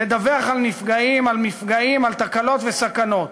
לדווח על נפגעים, על מפגעים, על תקלות וסכנות?